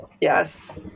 Yes